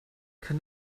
kann